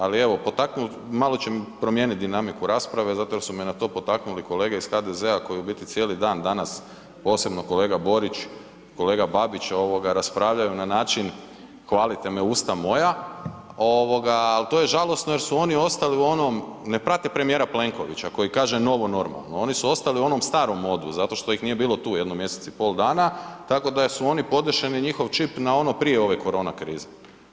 Ali evo potaknut, malo ću promijenit dinamiku rasprave zato jer su me na to potaknuli kolege iz HDZ-a koje u biti cijeli dan danas, posebno kolega Borić, kolega Babić, raspravljaju na način hvalite me usta moja, ovoga ali to je žalosno jer su oni ostali u onom, ne prate premijera Plenkovića koji kaže novo normalno, oni su ostali u onom starom modu zato što ih nije bilo tu jedno mjesec i pol dana, tako da su oni podešeni, njihov čip na ono prije ove korona krize.